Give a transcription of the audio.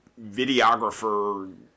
videographer